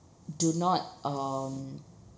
do not um